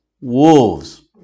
wolves